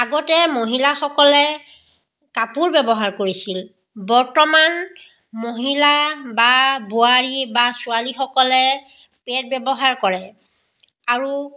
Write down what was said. আগতে মহিলাসকলে কাপোৰ ব্যৱহাৰ কৰিছিল বৰ্তমান মহিলা বা বোৱাৰী বা ছোৱালীসকলে পেড ব্যৱহাৰ কৰে আৰু